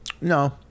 No